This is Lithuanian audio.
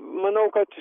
manau kad